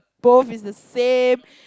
both is the same